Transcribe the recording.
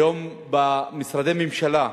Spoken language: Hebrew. היום, במשרדי ממשלה,